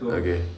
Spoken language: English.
okay